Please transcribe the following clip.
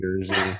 Jersey